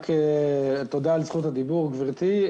תודה על זכות הדיבור, גברתי.